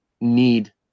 need